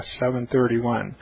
7.31